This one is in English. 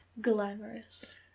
glamorous